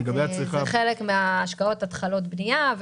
חלק מן ההשקעות זה התחלות בנייה.